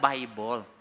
Bible